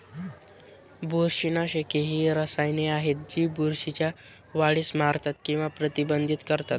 बुरशीनाशके ही रसायने आहेत जी बुरशीच्या वाढीस मारतात किंवा प्रतिबंधित करतात